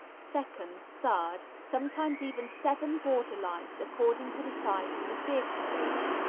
second, third sometimes even seven border lights, according to the size of the theatre stage.